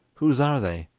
whose are they